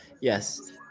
yes